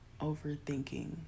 overthinking